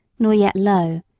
nor yet low,